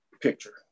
picture